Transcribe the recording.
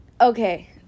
okay